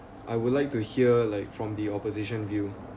I would like to hear like from the opposition view